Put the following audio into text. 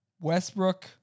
Westbrook